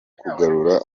kugarura